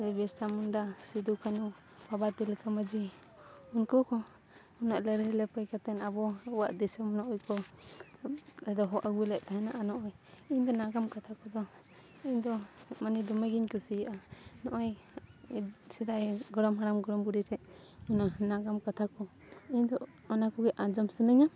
ᱵᱤᱨᱥᱟ ᱢᱩᱱᱰᱟ ᱥᱤᱫᱩ ᱠᱟᱹᱱᱩ ᱵᱟᱵᱟ ᱛᱤᱞᱠᱟᱹ ᱢᱟᱺᱸᱡᱷᱤ ᱩᱱᱠᱩ ᱠᱚ ᱩᱱᱟᱹᱜ ᱞᱟᱹᱲᱦᱟᱹᱭ ᱞᱟᱹᱯᱟᱹᱭ ᱠᱟᱛᱮᱱ ᱟᱵᱚ ᱟᱵᱚᱣᱟᱜ ᱫᱤᱥᱚᱢ ᱱᱚᱜᱼᱚᱭ ᱠᱚ ᱫᱚᱦᱚ ᱟᱹᱜᱩ ᱞᱮᱫ ᱛᱟᱦᱮᱱᱟ ᱱᱚᱜᱼᱚᱭ ᱤᱧᱫᱚ ᱱᱟᱜᱟᱢ ᱠᱟᱛᱷᱟ ᱠᱚᱫᱚ ᱤᱧᱫᱚ ᱢᱟᱱᱮ ᱫᱚᱢᱮᱜᱤᱧ ᱠᱩᱥᱤᱭᱟᱜᱼᱟ ᱱᱚᱜᱼᱚᱭ ᱥᱮᱫᱟᱭ ᱜᱚᱲᱚᱢ ᱦᱟᱲᱟᱢ ᱜᱚᱲᱚᱢ ᱵᱩᱰᱷᱤ ᱴᱷᱮᱱ ᱚᱱᱟ ᱱᱟᱜᱟᱢ ᱠᱟᱛᱷᱟ ᱠᱚ ᱤᱧᱫᱚ ᱚᱱᱟ ᱠᱚᱜᱮ ᱟᱸᱡᱚᱢ ᱥᱟᱱᱟᱧᱟ